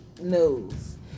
News